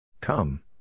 Come